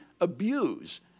abuse